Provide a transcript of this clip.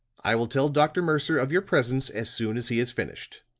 i will tell dr. mercer of your presence as soon as he has finished.